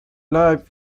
life